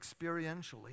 experientially